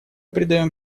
придаем